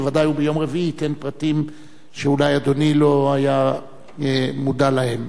ובוודאי ביום רביעי הוא ייתן פרטים שאולי אדוני לא היה מודע להם.